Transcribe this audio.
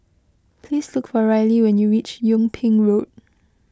please look for Rylee when you reach Yung Ping Road